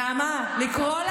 נעמה, נעמה.